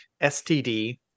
STD